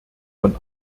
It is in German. von